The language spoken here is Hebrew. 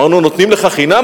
אמרנו: נותנים לך חינם,